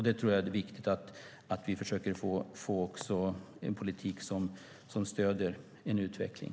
Det är viktigt att vi försöker få till stånd en politik som stöder utveckling.